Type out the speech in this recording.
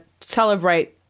celebrate